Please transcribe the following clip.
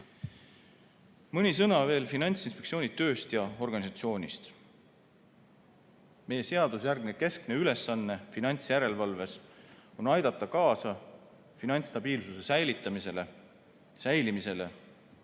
sõna veel Finantsinspektsiooni tööst ja organisatsioonist. Meie seadusjärgne keskne ülesanne finantsjärelevalves on aidata kaasa finantsstabiilsuse säilimisele ja hoida